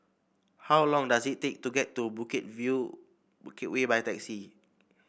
how long does it take to get to Bukit View Bukit Way by taxi